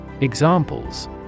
Examples